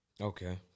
Okay